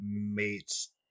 mates